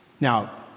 Now